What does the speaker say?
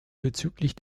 bezüglich